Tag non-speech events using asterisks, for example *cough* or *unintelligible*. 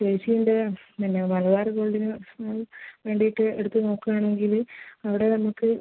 ചേച്ചിൻ്റെ പിന്നെ മലബാർ ഗോൾഡിന് *unintelligible* വേണ്ടിയിട്ട് എടുത്ത് നോക്കുക ആണെങ്കിൽ അവിടെ നമുക്ക്